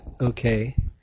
okay